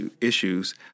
issues